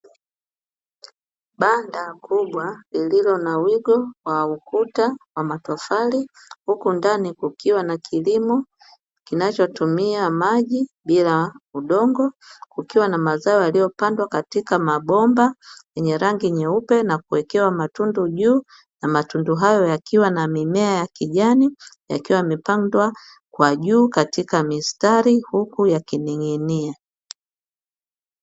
Banda kubwa lililo na wigo wa ukuta wa matofali huku ndani kukiwa na kilimo kinachotumia maji bila udongo, kukiwa na mazao yaliyoapandwa katika mabomba yenye rangi nyeupe na kuwekewa matundu juu na matundu hayo yakiwa na mimea ya kijani yakiwa yamepandwa kwa juu katika mistari huku yakinin'ginia.